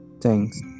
Thanks